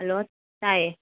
hello ꯇꯥꯏꯌꯦ